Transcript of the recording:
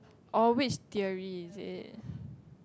oh which theory is it